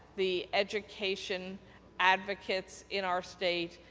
the education advocates in our state,